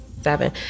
seven